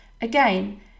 Again